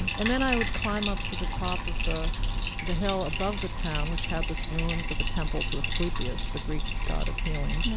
and then i would climb up to the top of the the hill above the town, which had this ruins of the temple to asclepius, the greek god of healing,